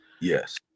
Yes